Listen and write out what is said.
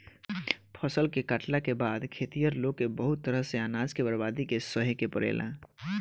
फसल के काटला के बाद खेतिहर लोग के बहुत तरह से अनाज के बर्बादी के सहे के पड़ेला